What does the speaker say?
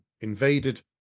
invaded